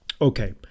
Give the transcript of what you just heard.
Okay